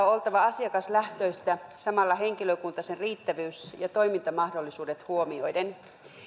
on oltava asiakaslähtöistä samalla huomioitava henkilökunnan riittävyys ja toimintamahdollisuudet